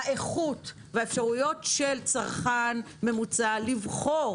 האיכות והאפשרויות של צרכן ממוצע לבחור